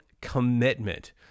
commitment